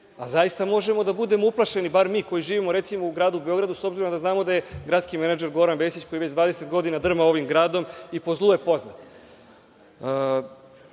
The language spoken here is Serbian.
zaista možemo da budemo uplašeni, bar mi koji živimo u gradu Beogradu, s obzirom da znamo da je gradski menadžer Goran Vesić, koji već 20 godina drma ovim gradom i po zlu je poznat. Osvrnuo